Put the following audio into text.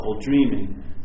dreaming